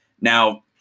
Now